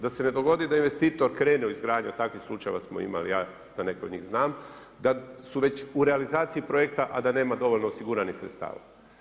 Da se ne dogodi da investitor krene u izgradnju, takvih slučajeva smo imali ja za neke od njih znam, da su već u realizaciji projekta a da nema dovoljno osiguranih sredstava.